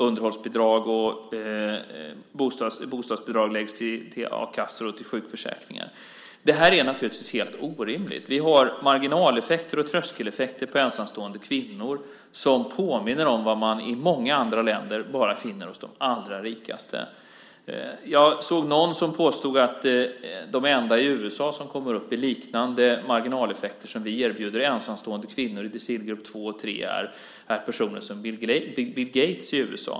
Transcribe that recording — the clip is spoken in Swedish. Underhållsbidrag och bostadsbidrag läggs till a-kassa och sjukförsäkring. Det här är naturligtvis helt orimligt. Vi har marginaleffekter och tröskeleffekter på ensamstående kvinnor som påminner om vad man i många andra länder bara finner hos de allra rikaste. Jag såg någon som påstod att de enda i USA som kommer upp i liknande marginaleffekter som vi erbjuder ensamstående kvinnor i decilgrupp 2 och 3 är personer som Bill Gates i USA.